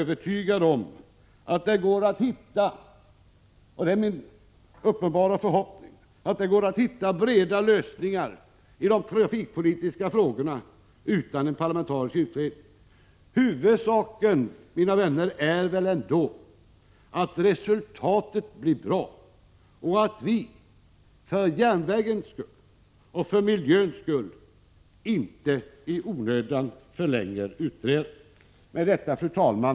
Jag är för min del övertygad om att det går att hitta breda lösningar i de trafikpolitiska frågorna utan en parlamentarisk utredning. Huvudsaken, mina vänner, är väl ändå att resultatet blir bra — och att vi, för järnvägens skull och för miljöns skull, inte i onödan förlänger utredandet. Fru talman!